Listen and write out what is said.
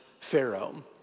Pharaoh